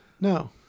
No